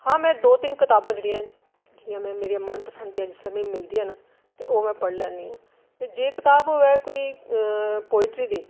हां में दो तिन कताबां जेह्ड़ियां जेह्ड़ियां में मेरियां मन पसंद जिसलै मिगी मिलदियां न ते ओह् में पढ़ी लैन्नी आं ते जे एह् कताब कोई पोइट्री दी